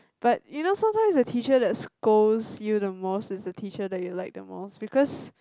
but you know sometimes the teacher that scolds you the most is the teacher that you like the most because